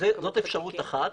זאת אפשרות אחת.